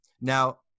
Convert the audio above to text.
Now